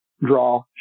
draw